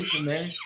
man